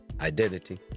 identity